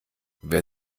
wer